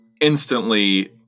instantly